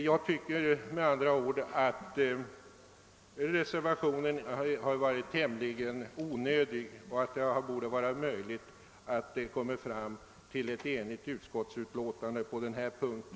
Jag tycker med andra ord att reservationen varit tämligen onödig och att det borde ha varit möjligt att åstadkomma ett enhälligt utskottsutlåtande på denna punkt.